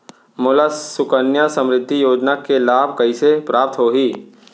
मोला सुकन्या समृद्धि योजना के लाभ कइसे प्राप्त होही?